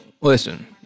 Listen